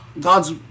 God's